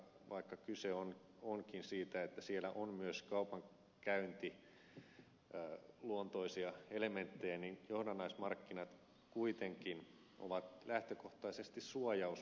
vaikka kyse onkin siitä että johdannaismarkkinoissa on myös kaupankäyntiluontoisia elementtejä niin johdannaismarkkinat kuitenkin ovat lähtökohtaisesti suojausmarkkinoita